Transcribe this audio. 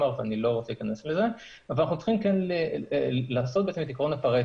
שאמנם לא צריך אבל נעשה איזה משמש ונאריך.